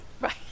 Right